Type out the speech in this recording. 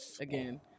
again